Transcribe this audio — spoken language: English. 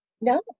No